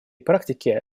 практике